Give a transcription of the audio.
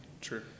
True